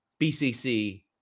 bcc